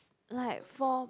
like for